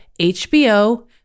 HBO